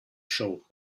show